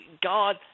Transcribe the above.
God